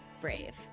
brave